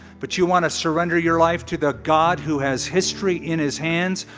but you want to surrender your life to the god who has history in his hands,